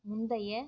முந்தைய